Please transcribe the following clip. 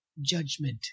judgment